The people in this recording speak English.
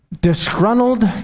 disgruntled